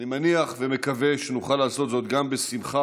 אני מניח ומקווה שנוכל לעשות זאת בשמחה